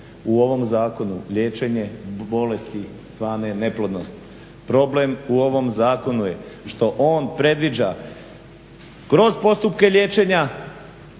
u ovom zakonu liječenje bolesti zvane neplodnost, problem u ovom zakonu je što on predviđa kroz postupke liječenja